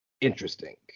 interesting